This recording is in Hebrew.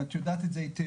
ואת יודעת את זה היטב,